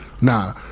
nah